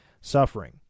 suffering